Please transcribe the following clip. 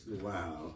Wow